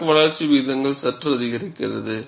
crack வளர்ச்சி விகிதங்கள் சற்று அதிகரிக்கிறது